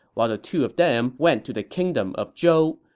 while the two of them went to the kingdom of zhou,